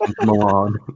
Milan